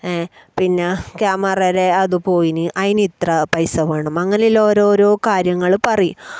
പിന്നെ ക്യാമറയുടെ അത് പോയിനി അതിനിത്ര പൈസ വേണം അങ്ങനെ എല്ലാം ഓരോരോ കാര്യങ്ങൾ പറയും